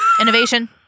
Innovation